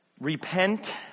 Repent